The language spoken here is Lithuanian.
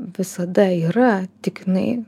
visada yra tik jinai